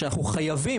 שאנחנו חייבים,